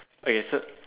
okay so